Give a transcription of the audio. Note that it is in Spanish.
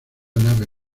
nave